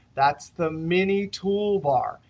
that's the mini toolbar.